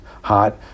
hot